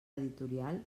editorial